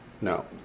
no